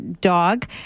dog